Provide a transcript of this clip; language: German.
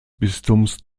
bistums